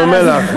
אני אומר לך,